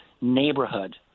neighborhood